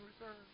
return